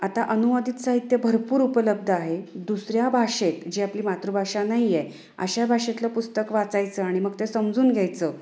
आता अनुवादित साहित्य भरपूर उपलब्ध आहे दुसऱ्या भाषेत जी आपली मातृभाषा नाही आहे अशा भाषेतलं पुस्तक वाचायचं आणि मग ते समजून घ्यायचं